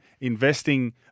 investing